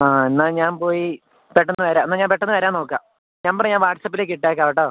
ആ എന്നാല് ഞാന് പോയി പെട്ടെന്ന് വരാം എന്നാല് ഞാന് പെട്ടെന്ന് വരാന് നോക്കാം നമ്പര് ഞാന് വാട്സപ്പിലേക്ക് ഇട്ടേക്കാം കേട്ടോ